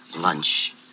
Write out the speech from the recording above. lunch